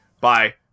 bye